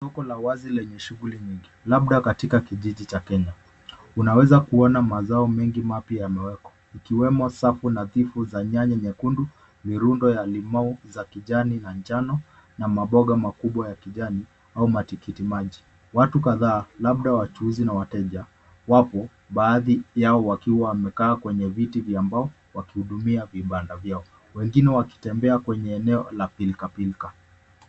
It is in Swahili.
Soko la wazi lenye shughuli mingi labda katika kijiji cha Kenya. Unaweza kuona mazao mengi mapya yamewekwa ikiwemo safu nadhifu za nyanya nyekundu, mirundo ya limau za kijani na njano na maboga makubwa ya kijani au matikiti maji. Watu kadhaa labda wachuuzi na wateja wapo, baadhi yao wakiwa wamekaa kwenye viti vya mbao wakihudumia vibanda vyao, wengine wakitembea kwenye eneo la pilkapilka.